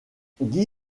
guy